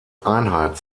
einheit